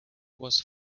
was